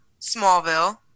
Smallville